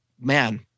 Man